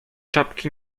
czapki